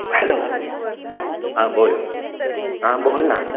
hello हां बोल हां बोल ना